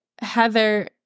Heather